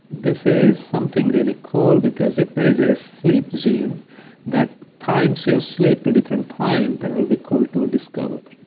this is something really cool because if there is a sleep gene that times your sleep to different time that would be cool to discover.